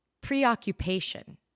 preoccupation